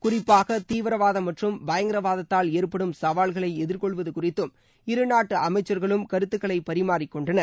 குறிப்பாக தீவிரவாதம் மற்றும் பயங்கரவாதத்தால் ஏற்படும் சவால்களை எதிர்கொள்வது குறித்தும் இருநாட்டு அமைச்சர்களும் கருத்துக்களை பரிமாநிக் கொண்டனர்